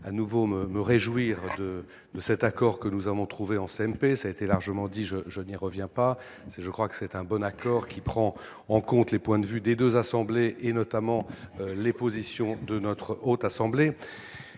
à nouveau me me réjouir de cet accord que nous avons trouvé en CMP, ça a été largement dit je, je n'y reviens pas, je crois que c'est un bon accord qui prend en compte les points de vue des 2 assemblées et notamment les positions de notre haute assemblée